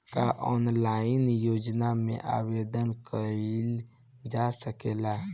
का ऑनलाइन योजना में आवेदन कईल जा सकेला?